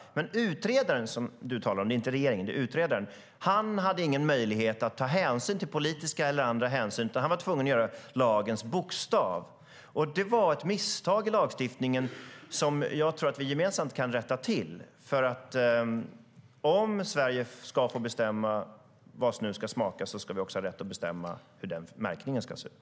Den utredare du talar om, Åsa Coenraads - det är inte regeringen - hade ingen möjlighet att ta politiska eller andra hänsyn, utan han var tvungen att göra lagens bokstav. Det var ett misstag i lagstiftningen som jag tror att vi gemensamt kan rätta till. Om Sverige ska få bestämma vad snus ska smaka ska vi också ha rätt att bestämma hur märkningen ska se ut.